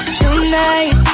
tonight